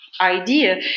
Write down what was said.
idea